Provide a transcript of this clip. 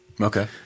Okay